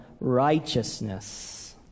righteousness